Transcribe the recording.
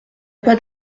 pas